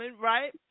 Right